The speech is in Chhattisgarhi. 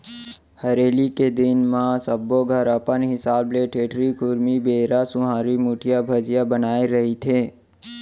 हरेली के दिन म सब्बो घर अपन हिसाब ले ठेठरी, खुरमी, बेरा, सुहारी, मुठिया, भजिया बनाए रहिथे